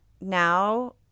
now